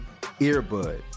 earbud